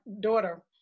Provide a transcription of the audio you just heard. daughter